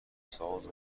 ساز